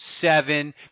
seven